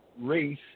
race